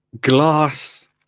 glass